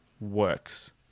works